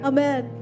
Amen